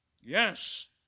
Yes